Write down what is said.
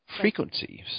Frequencies